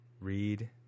read